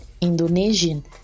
Indonesian